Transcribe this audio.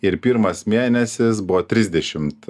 ir pirmas mėnesis buvo trisdešimt